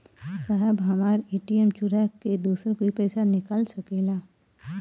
साहब हमार ए.टी.एम चूरा के दूसर कोई पैसा निकाल सकेला?